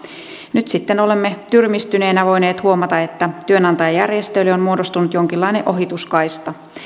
nyt sitten olemme tyrmistyneinä voineet huomata että työnantajajärjestöille on muodostunut jonkinlainen ohituskaista